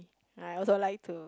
I also like to